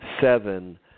seven